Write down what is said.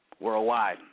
worldwide